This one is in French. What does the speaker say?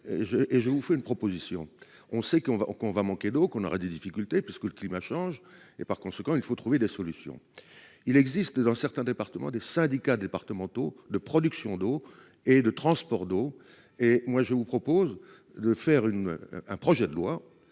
et je vous fais une proposition, on sait qu'on va qu'on va manquer d'eau qu'on aurait des difficultés parce que le climat change et par conséquent il faut trouver des solutions. Il existe dans certains départements, des syndicats départementaux de production d'eau et de transport d'eau et moi je vous propose le faire une, un projet de loi,